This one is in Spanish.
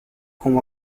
como